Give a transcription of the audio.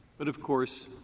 but of course,